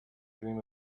dream